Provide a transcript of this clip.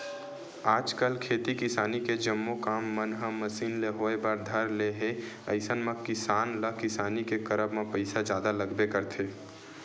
आजकल खेती किसानी के जम्मो काम मन ह मसीन ले होय बर धर ले हे अइसन म किसान ल किसानी के करब म पइसा जादा लगबे करथे